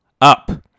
up